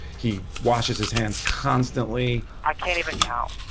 he washes his hands constantly. i can't even count.